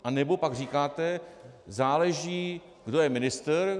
Anebo pak říkáte, záleží, kdo je ministr.